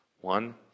One